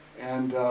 and